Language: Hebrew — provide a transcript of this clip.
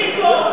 אריסטו,